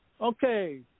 Okay